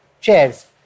chairs